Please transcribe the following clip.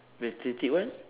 pathetic what